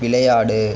விளையாடு